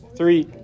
three